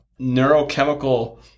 neurochemical